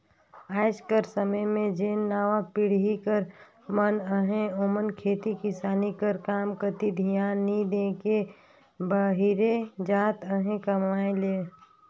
आएज कर समे में जेन नावा पीढ़ी कर मन अहें ओमन खेती किसानी कर काम कती धियान नी दे के बाहिरे जात अहें कमाए ले